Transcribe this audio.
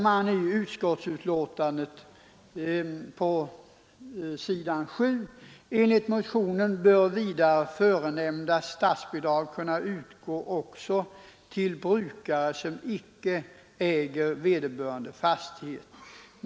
Utskottet anför i sitt betänkande på s. 7 följande: ”Enligt motionen bör vidare förenämnda statsbidrag kunna utgå också till brukare som ej äger vederbörande fastighet.